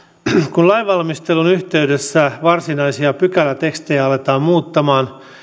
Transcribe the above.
kun lainvalmistelun yhteydessä varsinaisia pykälätekstejä aletaan muuttamaan